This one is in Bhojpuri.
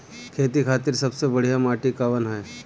खेती खातिर सबसे बढ़िया माटी कवन ह?